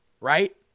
right